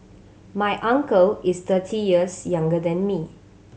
my uncle is thirty years younger than me